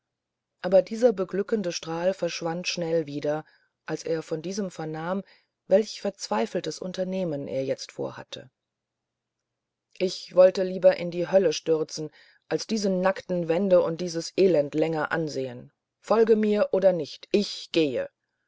aber dieser beglückende strahl verschwand schnell wieder als er von diesem vernahm welch verzweifeltes unternehmen er jetzt vorhatte ich wollte mich lieber in die hölle stürzen als diese nackten wände und dieses elend länger ansehen folge mir oder nicht ich gehe